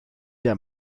der